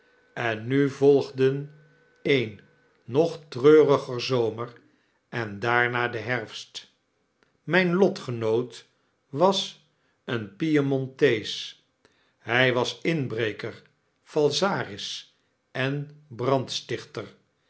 en nu volgden een nog treuriger zomer en daarna de herfst mijn lotgenoot was een piemontees hij was inbreker ialsaris en brandstichter